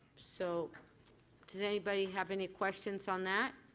so does anybody have any questions on that?